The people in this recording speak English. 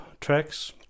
tracks